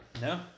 No